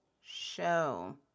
Show